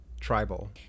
tribal